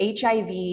HIV